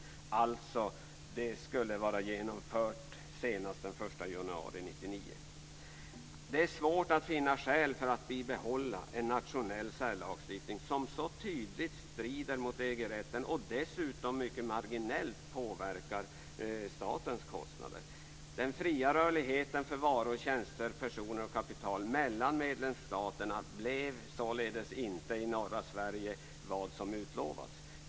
Det skulle alltså vara genomfört senast den 1 januari 1999. Det är svårt att finna skäl för att behålla en nationell särlagstiftning som så tydligt strider mot EG rätten och dessutom mycket marginellt påverkar statens kostnader. Den fria rörligheten för varor, tjänster, personer och kapital mellan medlemsstaterna blev således inte vad som utlovats i norra Sverige.